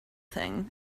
thing